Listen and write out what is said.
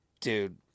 dude